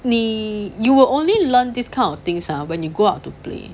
你 you will only learn this kind of things when you go out to play